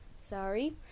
Sorry